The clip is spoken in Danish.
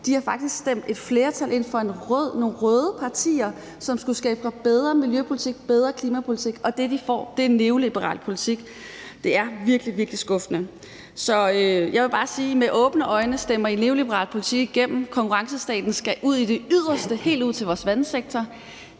De har faktisk stemt et flertal ind, nogle røde partier, som skulle sikre en bedre miljøpolitik og en bedre klimapolitik, og det, de får, er neoliberal politik. Det er virkelig, virkelig skuffende. Så jeg vil bare sige, at I med åbne øjne stemmer neoliberal politik igennem; konkurrencestaten skal ud i det yderste led, helt ud til vores vandsektor.